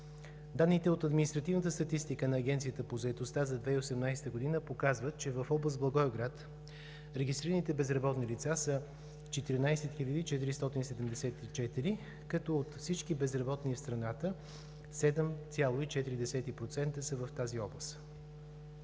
Данните от административната статистика на Агенцията по заетостта за 2018 г. показват, че в област Благоевград регистрираните безработни лица са 14 474, като от всички безработни в страната 7,4% са в тази област.